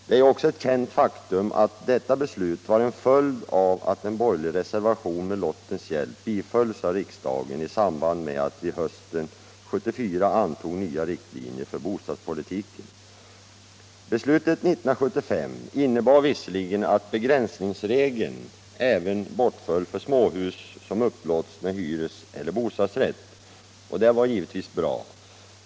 Det är också ett känt faktum att detta beslut var en följd av att en borgerlig reservation med lottens hjälp bifölls av riksdagen i samband med att vi hösten 1974 antog nya riktlinjer för bostadspolitiken. Beslutet 1975 innebar visserligen att begränsningsregeln bortföll även för småhus som upplåts med hyresrätt eller bostadsrätt. Det var givetvis bra.